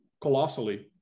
colossally